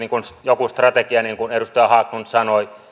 joku strategia niin kuin edustaja haglund sanoi